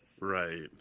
Right